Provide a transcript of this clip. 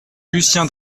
lucien